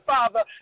Father